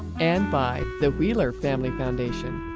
and by the wheeler family foundation.